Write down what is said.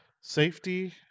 Safety